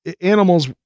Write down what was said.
animals